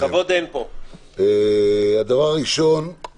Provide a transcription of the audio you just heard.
דבר ראשון הוא